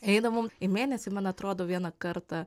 eidavom į mėnesį man atrodo vieną kartą